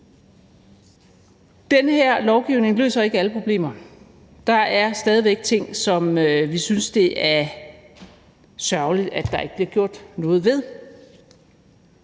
Den her lovgivning løser ikke alle problemer. Der er stadig væk ting, som vi synes det er sørgeligt der ikke bliver gjort noget ved.